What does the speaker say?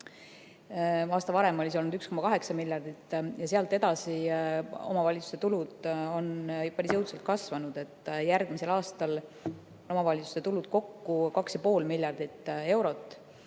Aasta varem oli see olnud 1,8 miljardit. Ja sealt edasi on omavalitsuste tulud päris jõudsalt kasvanud. Järgmisel aastal on omavalitsuste tulud kokku 2,5 miljardit eurot.